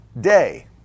day